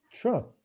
Sure